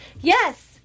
Yes